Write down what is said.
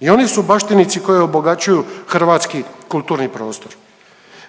i oni su baštinici koji obogaćuju hrvatski kulturni prostor.